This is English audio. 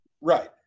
Right